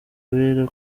abera